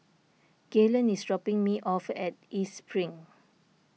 Gaylen is dropping me off at East Spring